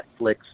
Netflix